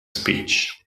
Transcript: speech